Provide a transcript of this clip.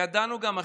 וידענו גם,